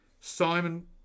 Simon